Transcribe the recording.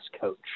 coach